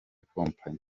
kompanyi